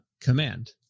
command